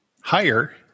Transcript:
higher